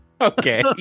Okay